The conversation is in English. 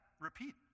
repeat